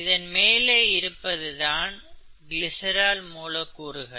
இதற்கு மேலே இருப்பது தான் கிளிசரால் மூலக்கூறுகள்